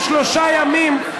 בשלושה ימים,